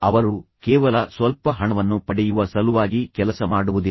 ಅವರು ಕೇವಲ ಸ್ವಲ್ಪ ಹಣವನ್ನು ಪಡೆಯುವ ಸಲುವಾಗಿ ಕೆಲಸ ಮಾಡುವುದಿಲ್ಲ